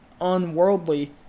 unworldly